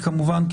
וכמובן,